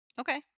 Okay